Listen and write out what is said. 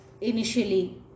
initially